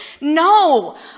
No